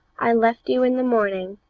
i left you in the morning,